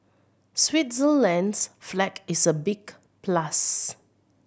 Switzerland's flag is a big plus